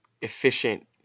efficient